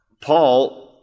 Paul